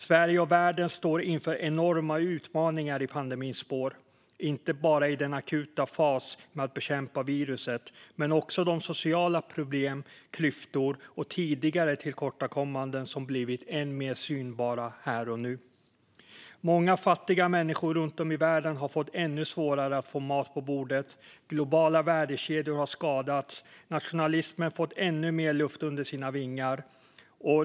Sverige och världen står inför enorma utmaningar i pandemins spår, inte bara i den akuta fasen med att bekämpa viruset utan också de sociala problem, klyftor och tidigare tillkortakommanden som blivit än mer synbara här och nu. Många fattiga människor runt om i världen har fått ännu svårare att få mat på bordet. Globala värdekedjor har skadats, och nationalismen har fått ännu mer luft under sina vingar.